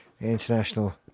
international